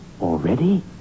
Already